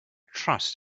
trust